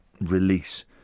release